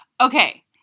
Okay